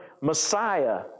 Messiah